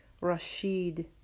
Rashid